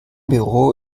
büro